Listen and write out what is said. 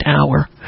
hour